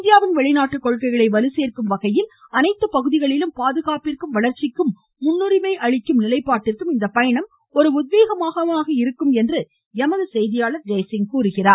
இந்தியாவின் வெளிநாட்டு கொள்கைகளை வலு சேர்க்கும் வகையில் அனைத்து பகுதிகளிலும் பாதுகாப்பிற்கும் வளர்ச்சிக்கும் முன்னுரிமை அளிக்கும் நிலைப்பாட்டிற்கும் இந்த பயணம் ஒரு உத்வேகமாக அமையும் என்று எமது செய்தியாளர் ஜெயசிங் தெரிவிக்கிறார்